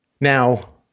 Now